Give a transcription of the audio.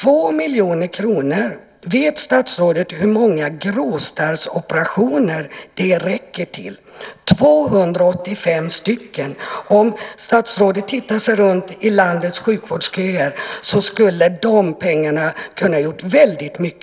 Vet statsrådet hur många gråstarrsoperationer 2 miljoner kronor räcker till? Svaret är 285. Om statsrådet går igenom landets sjukvårdsköer skulle hon med de pengarna kunna göra mycket nytta.